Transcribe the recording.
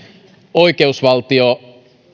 oikeusvaltio